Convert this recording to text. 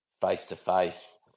face-to-face